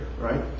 right